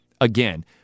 again